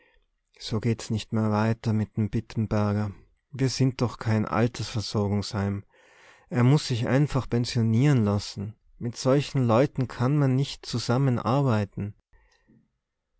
so geht's nicht mehr weiter mit dem bittenberger wir sind doch kein altersversorgungsheim er muß sich einfach pensionieren lassen mit solchen leuten kann man nicht zusammen arbeiten